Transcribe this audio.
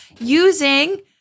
using